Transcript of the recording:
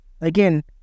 again